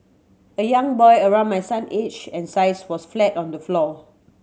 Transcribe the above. a young boy around my son's age and size was flat on the floor